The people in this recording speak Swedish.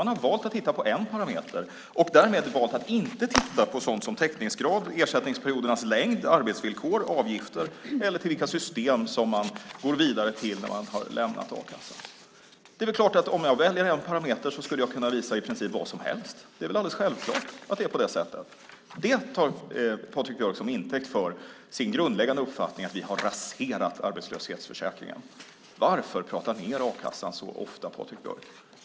Man har valt att titta på en parameter, och därmed valt att inte titta på sådant som täckningsgrad, ersättningsperiodernas längd, arbetsvillkor, avgifter eller vilka system som man går vidare till när man har lämnat a-kassan. Om jag väljer en parameter skulle jag kunna visa i princip vad som helst. Det är väl alldeles självklart att det är så. Det tar Patrik Björck till intäkt för sin grundläggande uppfattning att vi har raserat arbetslöshetsförsäkringen. Varför prata ned a-kassan så ofta, Patrik Björck?